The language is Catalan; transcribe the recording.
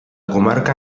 comarca